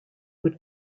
would